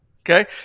Okay